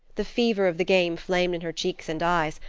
the fever of the game flamed in her cheeks and eyes,